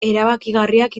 erabakigarriak